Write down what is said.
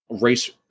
race